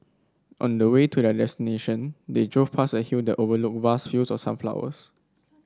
on the way to their destination they drove past a hill that overlooked vast fields of sunflowers